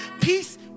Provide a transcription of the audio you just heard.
Peace